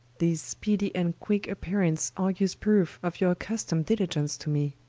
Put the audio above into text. this speedy and quicke appearance argues proofe of your accustom'd diligence to me.